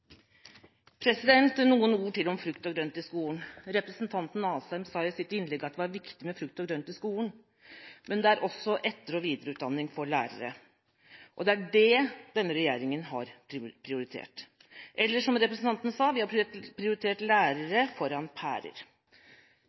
Noen ord til om frukt og grønt i skolen. Representanten Asheim sa i sitt innlegg at det var viktig med frukt og grønt i skolen, men at det er også etter- og videreutdanning for lærere. Det er det denne regjeringa har prioritert. Eller som representanten sa: Vi har prioritert lærere foran pærer.